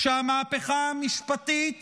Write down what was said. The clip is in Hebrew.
שהמהפכה המשפטית